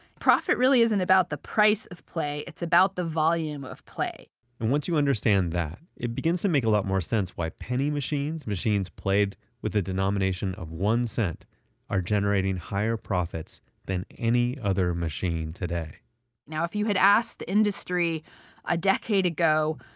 profit really isn't about the price of play, it's about the volume of play and once you understand that, it begins to make a lot more sense why penny machines, machines played with a denomination of one cent are generating higher profits than any other machine today now, if you had asked the industry a decade ago,